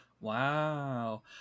Wow